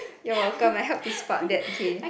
you are welcome I help to spark that K